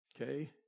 okay